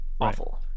awful